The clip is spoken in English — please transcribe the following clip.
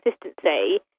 consistency